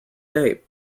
day